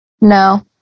no